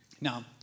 Now